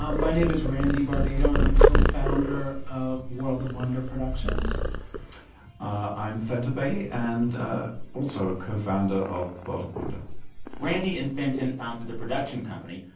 um my name is randy barbato, and i'm co-founder of world of wonder productions i'm fenton bailey and ah also co-founder of world of wonder randy and fenton founded their production company,